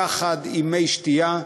יחד עם מי שתייה.